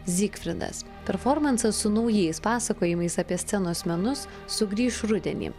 zygfridas performansas su naujais pasakojimais apie scenos menus sugrįš rudenį